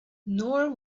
nor